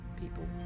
people